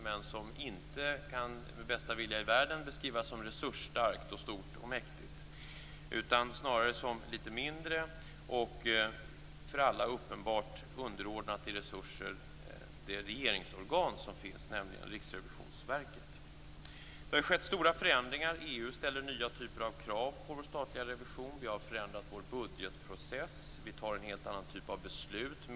Men det kan inte med bästa vilja i världen beskrivas som resursstarkt, stort och mäktigt. Snarare kan det beskrivas som litet mindre än, och i resurser för alla uppenbart underordnat, det regeringsorgan som finns, nämligen Riksrevisionsverket. Det har ju skett stora förändringar. EU ställer nya typer av krav på vår statliga revision. Vi har förändrat vår budgetprocess. Vi fattar en helt annan typ av beslut i dag.